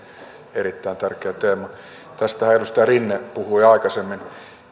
erittäin tärkeä teema tästähän edustaja rinne puhui aikaisemmin